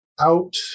out